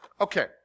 Okay